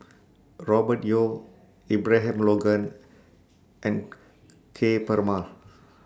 Robert Yeo Abraham Logan and Ka Perumal